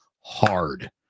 hard